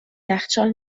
یخچال